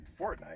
Fortnite